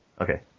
Okay